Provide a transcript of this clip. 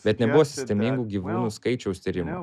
bet nebuvo sistemingų gyvūnų skaičiaus tyrimų